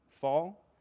fall